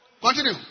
Continue